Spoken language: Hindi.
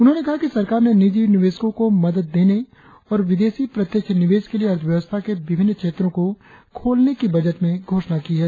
उन्होंने कहा कि सरकार ने निजी निवेशकों को मदद देने और विदेशी प्रत्यक्ष निवेश के लिए अर्थव्यवस्था के विभिन्न क्षेत्रों को खोलने की बजट में घोषणा की है